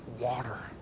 water